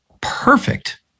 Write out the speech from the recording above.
perfect